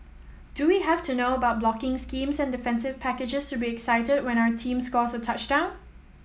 do we have to know about blocking schemes and defensive packages to be excited when our team scores a touchdown